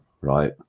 right